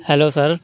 hello sir